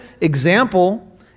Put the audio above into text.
example